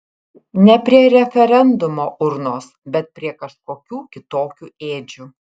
ne prie referendumo urnos bet prie kažkokių kitokių ėdžių